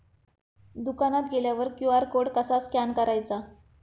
दुकानात गेल्यावर QR code कसा स्कॅन करायचा?